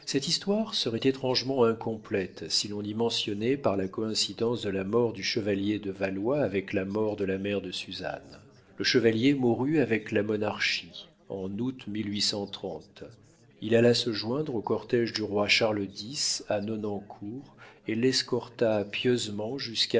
cette histoire serait étrangement incomplète si l'on n'y mentionnait pas la coïncidence de la mort du chevalier de valois avec la mort de la mère de suzanne le chevalier mourut avec la monarchie en août il alla se joindre au cortége du roi charles x à nonancourt et l'escorta pieusement